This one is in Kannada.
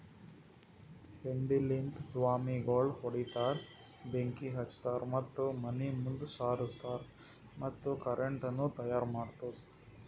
ಹೆಂಡಿಲಿಂತ್ ದ್ವಾಮಿಗೋಳ್ ಹೊಡಿತಾರ್, ಬೆಂಕಿ ಹಚ್ತಾರ್ ಮತ್ತ ಮನಿ ಮುಂದ್ ಸಾರುಸ್ತಾರ್ ಮತ್ತ ಕರೆಂಟನು ತೈಯಾರ್ ಮಾಡ್ತುದ್